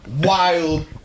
Wild